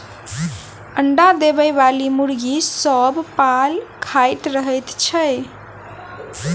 अंडा देबयबाली मुर्गी सभ पाल खाइत रहैत छै